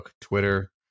Twitter